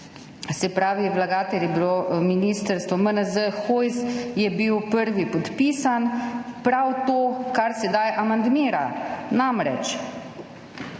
se pravi, vlagatelj je bilo ministrstvo, MNZ, Hojs je bil prvi podpisani – prav to, kar sedaj amandmira. Namreč